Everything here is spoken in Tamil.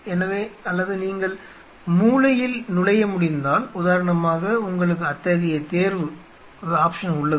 எனவே அல்லது நீங்கள் மூலையில் நுழைய முடிந்தால் உதாரணமாக உங்களுக்கு அத்தகைய தேர்வு உள்ளது